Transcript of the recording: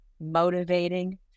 motivating